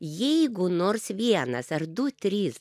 jeigu nors vienas ar du trys